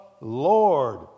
Lord